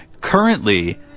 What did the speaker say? Currently